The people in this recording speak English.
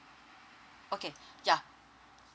okay yeah